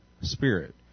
Spirit